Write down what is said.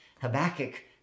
Habakkuk